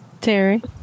Terry